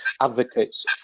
advocates